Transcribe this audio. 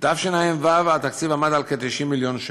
בתשע"ו התקציב עמד על כ-90 מיליון שקל.